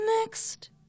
next